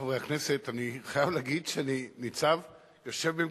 חברי חברי הכנסת, אני חייב לומר שאני יושב במקומי,